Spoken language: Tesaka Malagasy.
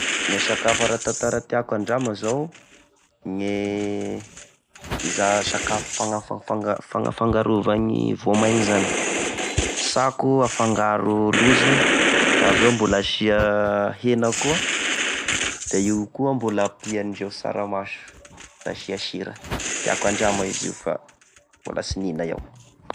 Gne sakafo ara-tantara tiàko handrama zao gne iza sakafo fagna- fanga- fagnafangarovany voamaigny zany sako afangaro lozo da aveo mbola asia hena koa da io koa mbola ampiandreo saramaso da asia sira tiàko andrama io fa mbola sy nihigna iaho.